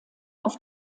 auf